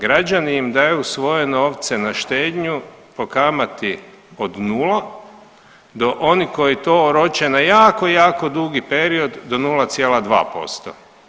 Građani im daju svoje novce na štednju po kamati od 0 do onih koji to oroče na jako, jako dugi period do 0,2%